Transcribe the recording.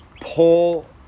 pull